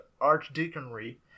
archdeaconry